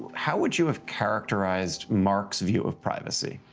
how would you have characterized mark's view of privacy?